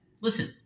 listen